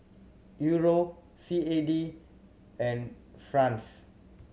Euro C A D and franc